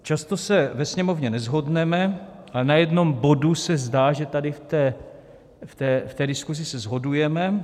Často se ve Sněmovně neshodneme, ale na jednom bodu se zdá, že tady v té diskuzi se shodujeme.